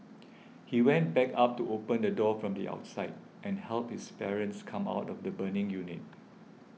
he went back up to open the door from the outside and helped his parents come out of the burning unit